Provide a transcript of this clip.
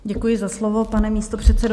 Děkuji za slovo, pane místopředsedo.